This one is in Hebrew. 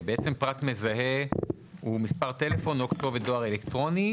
מזהה: הפרט המזהה הוא מספר הטלפון או כתובת דואר אלקטרוני,